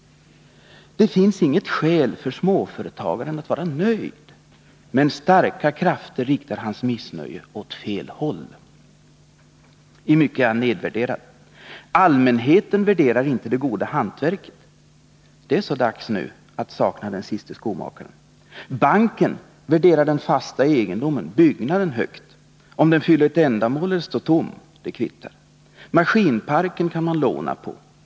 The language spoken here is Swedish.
Det finns inget skäl för småföretagaren att vara nöjd. Men starka krafter riktar hans missnöje åt fel håll. I mycket är han nedvärderad. Allmänheten värderar inte det goda hantverket. Det är så dags nu att sakna den siste skomakaren. Banken värderar den fasta egendomen, byggnaden, högt. Om den fyller ett ändamål eller står tom kvittar. Maskinparken kan man låna på.